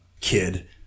kid